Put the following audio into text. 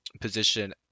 position